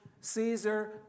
Caesar